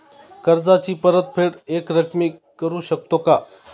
कर्जाची परतफेड एकरकमी करू शकतो का?